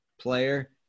player